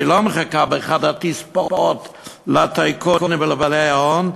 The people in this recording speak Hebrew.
ולא מחקו באחת התספורות לטייקונים ולבעלי ההון,